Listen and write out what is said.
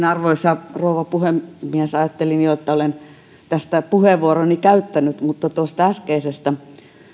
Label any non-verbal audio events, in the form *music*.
*unintelligible* arvoisa rouva puhemies ajattelin jo että olen tästä puheenvuoroni käyttänyt mutta tuosta äskeisestä